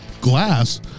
glass